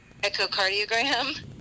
echocardiogram